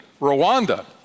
Rwanda